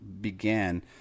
began